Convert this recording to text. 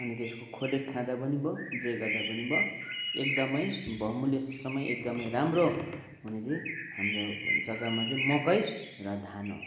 अनि त्यसको खोले खाँदा पनि भयो जे गर्दा पनि भयो एकदमै बहुमूल्य समय एकदमै राम्रो हुने चाहिँ हाम्रो हुने जग्गामा चाहिँ मकै र धान हो